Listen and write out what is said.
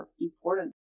important